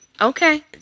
Okay